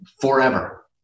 forever